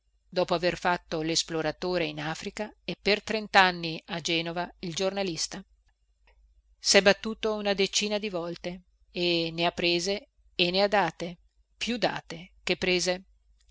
dopo aver fatto lesploratore in africa e per tantanni a genova il giornalista sè battuto una diecina di volte e ne ha prese e ne ha date più date che prese